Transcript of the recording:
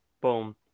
Boom